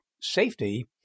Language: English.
safety